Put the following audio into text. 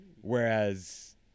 whereas